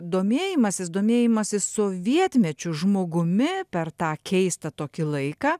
domėjimasis domėjimasis sovietmečiu žmogumi per tą keistą tokį laiką